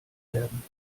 werden